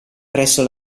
presso